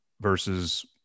versus